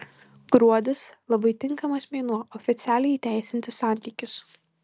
gruodis labai tinkamas mėnuo oficialiai įteisinti santykius